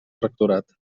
rectorat